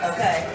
Okay